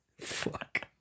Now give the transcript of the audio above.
Fuck